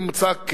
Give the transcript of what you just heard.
בממוצע,